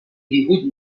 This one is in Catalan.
díhuit